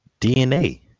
DNA